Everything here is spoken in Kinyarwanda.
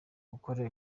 gukora